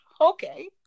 Okay